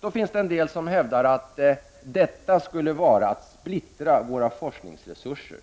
Det finns en del som hävdar att detta skulle vara att splittra våra forskningsresurser.